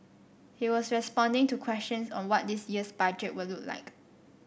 he was responding to questions on what this year's budget would look like